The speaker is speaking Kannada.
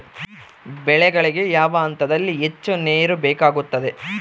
ಬೆಳೆಗಳಿಗೆ ಯಾವ ಹಂತದಲ್ಲಿ ಹೆಚ್ಚು ನೇರು ಬೇಕಾಗುತ್ತದೆ?